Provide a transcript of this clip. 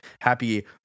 Happy